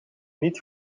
niet